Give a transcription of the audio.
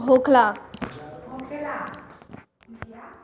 UPI बनावेला कौनो कागजात देवे के होखेला का?